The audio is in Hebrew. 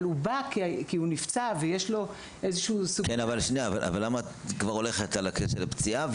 אבל אם יש פציעה --- למה את הולכת אל הקטע של הפציעה,